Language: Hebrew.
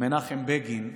מנחם בגין,